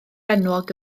enwog